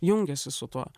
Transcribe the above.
jungiasi su tuo